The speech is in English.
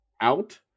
out